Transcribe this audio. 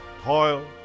toil